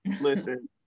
listen